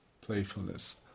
playfulness